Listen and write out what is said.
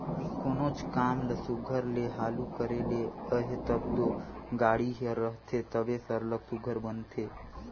कोनोच काम ल सुग्घर ले हालु करे ले अहे तब दो गाड़ी ही रहथे तबे सरलग सुघर बनथे